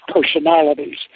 personalities